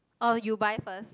uh you buy first